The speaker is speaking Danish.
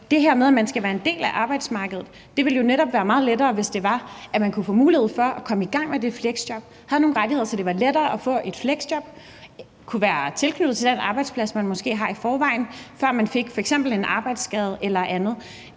Det her med, at man skal være en del af arbejdsmarkedet, ville jo netop være meget lettere, hvis man kunne få mulighed for at komme i gang med det fleksjob og havde nogle rettigheder, så det var lettere at få et fleksjob, og måske kunne være tilknyttet den arbejdsplads, man havde i forvejen, før man fik f.eks. en arbejdsskade eller andet.